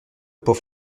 pour